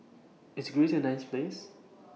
IS Greece A nice Place